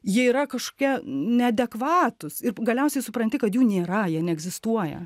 jie yra kažkokie neadekvatūs ir galiausiai supranti kad jų nėra jie neegzistuoja